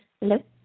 Hello